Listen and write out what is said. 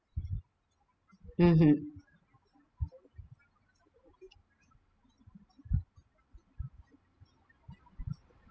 mmhmm